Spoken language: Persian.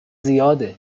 زیاده